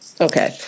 Okay